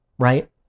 Right